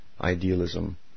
idealism